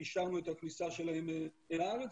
אישרנו את הכניסה שלהם לארץ.